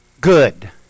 good